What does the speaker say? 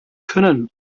können